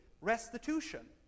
restitution